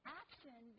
action